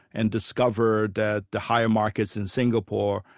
and discover that the higher market's in singapore,